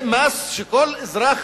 זה מס שכל אזרח,